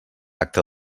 acta